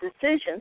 decisions